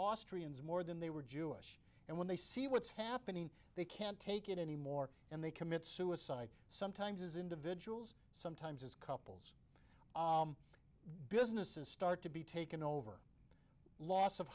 austrians more than they were jewish and when they see what's happening they can't take it anymore and they commit suicide sometimes as individuals sometimes as couples businesses start to be taken over the loss of